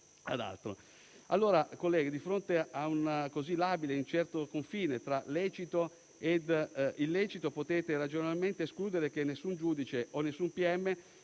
altro? Colleghi, di fronte a un così labile e incerto confine tra lecito e illecito, potete ragionevolmente escludere che nessun giudice e nessun